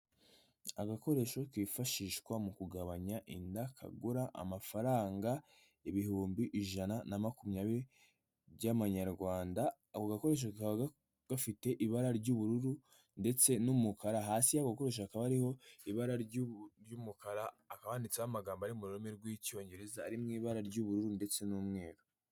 Agakoresho kifashishwa mu kugabanya inda, kagura amafaranga ibihumbi ijana na makumyabiri by'amanyarwanda. Ako gakoresho kaba gafite ibara ry'ubururu ndetse n'umukara, hasi y'ako gakoresha hakaba hariho ibara ry'umukara akaba handitseho amagambo ari mu rurimi rw'icyongereza. Ari mu ibara ry'ubururu ndetse n'umweru.